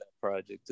project